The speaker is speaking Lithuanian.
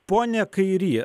pone kairy